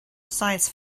science